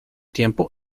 tiempo